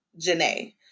Janae